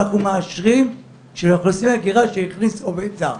שהם מאשרים הכנסת עובד זר,